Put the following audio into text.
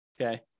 okay